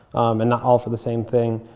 and not all for the same thing.